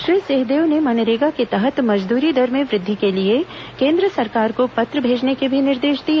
श्री सिंहदेव ने मनरेगा के तहत मजदूरी दर में वुद्वि के लिए केन्द्र सरकार को पत्र भेजने के भी निर्देश दिए